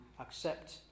accept